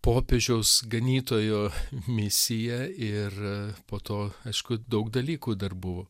popiežiaus ganytojo misija ir po to aišku daug dalykų dar buvo